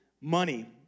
money